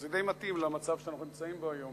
זה די מתאים למצב שאנחנו נמצאים בו היום